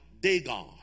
Dagon